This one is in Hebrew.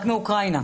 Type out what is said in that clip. רק מאוקראינה.